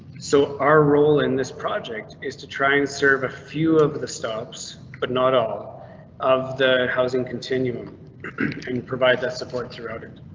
so our role in this project is to try and serve a few of the stops, but not all of the housing continuum and provide that support throughout it.